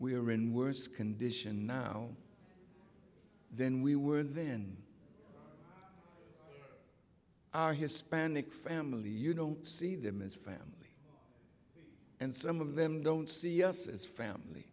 we are in worse condition now than we were then our hispanic family you know see them as family and some of them don't see us as family